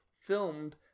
filmed